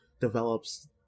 develops